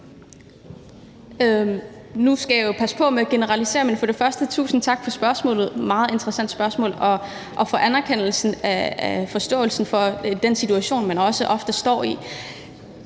Nu skal jeg jo passe på med at generalisere, men for det første tusind tak for spørgsmålet – et meget interessant spørgsmål – og for anerkendelsen og forståelsen af den situation, man ofte også står i.